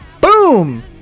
boom